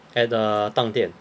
at the 当店